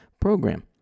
program